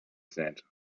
said